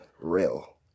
Real